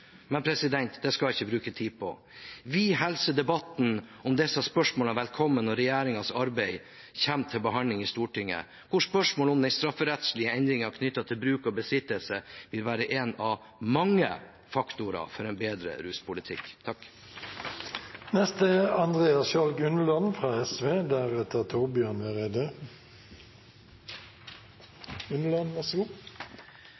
men det skal jeg ikke bruke tid på. Vi hilser debatten om disse spørsmålene velkommen når regjeringens arbeid kommer til behandling i Stortinget, hvor spørsmål om den strafferettslige endringen knyttet til bruk og besittelse vil være en av mange faktorer for en bedre ruspolitikk.